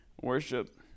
worship